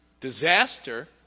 disaster